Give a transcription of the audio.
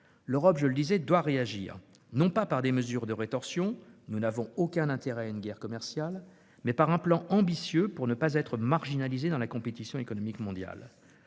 L'Europe doit réagir, non pas par des mesures de rétorsion- nous n'avons aucun intérêt à une guerre commerciale -, mais en mettant en oeuvre un plan ambitieux pour ne pas être marginalisée dans la compétition économique mondiale.